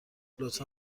لطفا